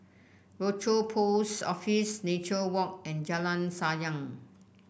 Rochor Post Office Nature Walk and Jalan Sayang